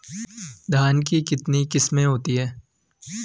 धान की कितनी किस्में होती हैं?